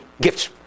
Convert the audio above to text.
gifts